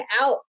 out